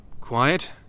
Quiet